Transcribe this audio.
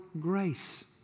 grace